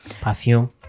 Perfume